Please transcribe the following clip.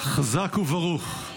חזק וברוך.